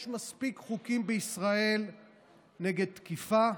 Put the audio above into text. יש מספיק חוקים בישראל נגד תקיפה: